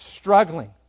struggling